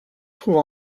trouve